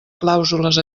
clàusules